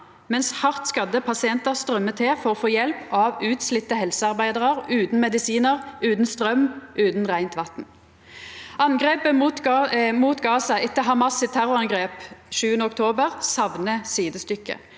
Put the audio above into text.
medan hardt skadde pasientar strøymer til for å få hjelp av utslitne helsearbeidarar utan medisinar, utan straum, utan rein vatn. Angrepet mot Gaza etter Hamas’ terrorangrep 7. oktober saknar sidestykke.